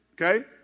okay